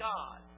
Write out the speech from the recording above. God